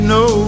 no